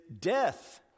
death